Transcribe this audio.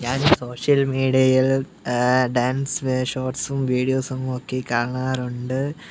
ഞാന് സോഷ്യല് മീഡിയയിൽ ഡാൻസ് ഷോർട്ട്സും വീഡിയോസും ഒക്കെ കാണാറുണ്ട്